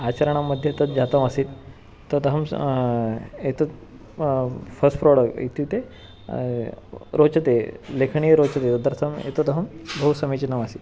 आचरणं मध्ये तद् जातम् आसीत् तदहं एतत् फ़स्ट् प्रोडक्ट् इत्युक्ते रोचते लेखनीयं रोचते तदर्थम् एतदहं बहु समीचीनम् आसीत्